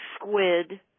squid